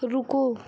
रुको